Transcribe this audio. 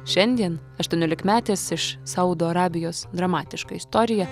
šiandien aštuoniolikmetės iš saudo arabijos dramatiška istorija